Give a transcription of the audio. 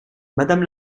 madame